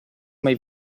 mai